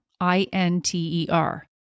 I-N-T-E-R